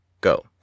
Go